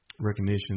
recognition